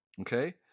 Okay